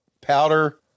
powder